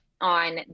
on